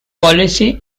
policy